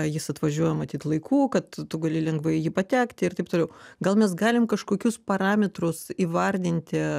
jis atvažiuoja matyt laiku kad tu gali lengvai į jį patekti ir taip toliau gal mes galim kažkokius parametrus įvardinti